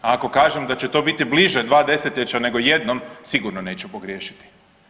Ako kažem da će to biti bliže dva 10-ljeća nego jednom, sigurno neću pogriješiti.